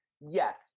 yes